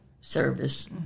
service